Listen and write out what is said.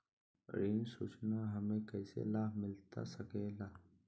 ऋण सूचना हमें कैसे लाभ मिलता सके ला?